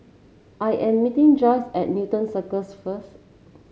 I am meeting Joyce at Newton Circus first